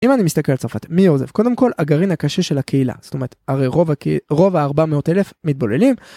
אם אני מסתכל על צרפת מי עוזב? קודם כל הגרעין הקשה של הקהילה, זאת אומרת הרי רוב ה400 אלף מתבוללים.